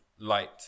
light